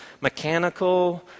mechanical